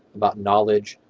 about knowledge,